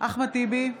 אחמד טיבי,